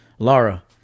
laura